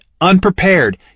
unprepared